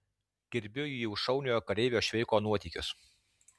gerbiu jį už šauniojo kareivio šveiko nuotykius